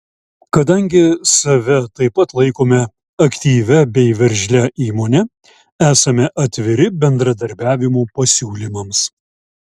kadangi save taip pat laikome aktyvia bei veržlia įmone esame atviri bendradarbiavimo pasiūlymams